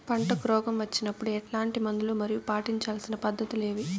పంటకు రోగం వచ్చినప్పుడు ఎట్లాంటి మందులు మరియు పాటించాల్సిన పద్ధతులు ఏవి?